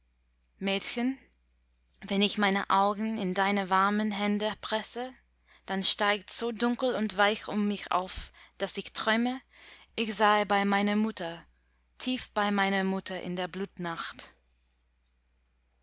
mädchen wenn ich meine augen in deine warmen hände presse dann steigt so dunkel und weich um mich auf daß ich träume ich sei bei meiner mutter tief bei meiner mutter in der